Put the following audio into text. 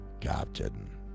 Captain